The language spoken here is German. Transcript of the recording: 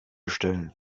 stellen